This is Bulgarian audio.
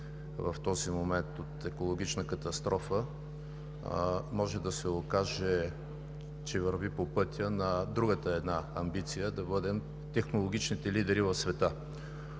в този момент от екологична катастрофа може да се окаже, че върви по пътя на друга една амбиция – да бъдем технологичните лидери в света,